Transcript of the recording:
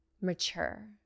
mature